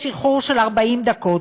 יש איחור של 40 דקות.